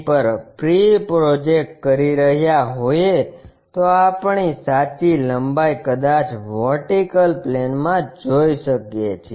પર P project કરી રહ્યા હોઈએ તો આપણી સાચી લંબાઈ કદાચ વર્ટિકલ પ્લેનમાં જોઈ શકીએ છીએ